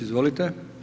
Izvolite.